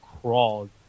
crawled